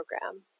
program